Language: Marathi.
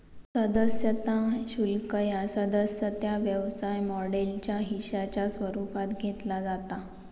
सदस्यता शुल्क ह्या सदस्यता व्यवसाय मॉडेलच्या हिश्शाच्या स्वरूपात घेतला जाता